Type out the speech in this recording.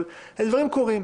אבל הדברים קורים.